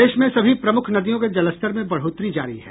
प्रदेश में सभी प्रमुख नदियों के जलस्तर में बढ़ोतरी जारी है